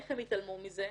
איך הם התעלמו מזה?